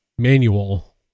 manual